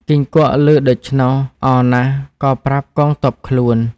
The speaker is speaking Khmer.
គង្គក់ឮដូច្នោះអរណាស់ក៏ប្រាប់កងទ័ពខ្លួន ។